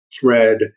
thread